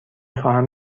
خواهم